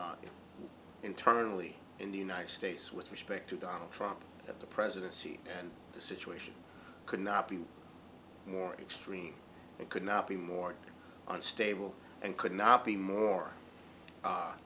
situation internally in the united states with respect to donald trump of the presidency and the situation could not be more extreme it could not be more unstable and could not be more